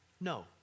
no